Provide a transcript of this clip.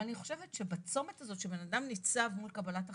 אבל אני חושבת שבצומת הזה שבן אדם ניצב מול קבלת החלטה,